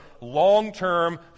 long-term